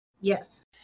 Yes